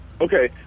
Okay